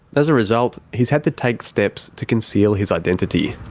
as a result, he's had to take steps to conceal his identity.